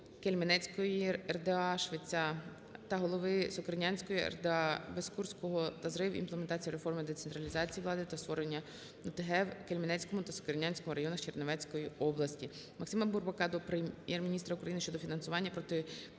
Кельменецької РДА Швеця В.М. та голови Сокирянської РДА Бескупського П. П. за зрив імплементації реформи децентралізації влади та створення ОТГ в Кельменецькому та Сокирянському районах Чернівецької області. Максима Бурбака до Прем'єр-міністра України щодо фінансування